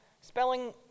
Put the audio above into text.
Spelling